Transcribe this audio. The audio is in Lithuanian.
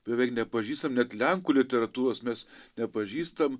beveik nepažįstam net lenkų literatūros mes nepažįstam